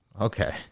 Okay